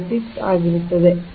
56 ಆಗಿರುತ್ತದೆ